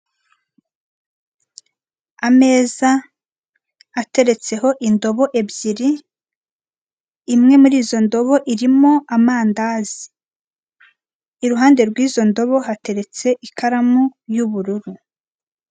Ameza ateretseho indobo ebyiri, imwe muri izo ndobo irimo amandazi iruhande r'izo ndobo hateretse ikaramu y'ubururu.